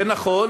זה נכון.